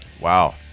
Wow